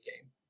game